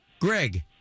Greg